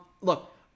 Look